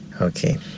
okay